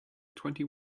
twenty